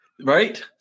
Right